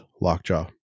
Lockjaw